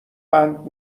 بند